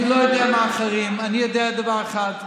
אני דבר ראשון הלכתי.